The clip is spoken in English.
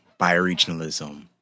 bioregionalism